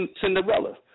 Cinderella